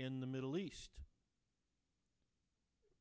in the middle east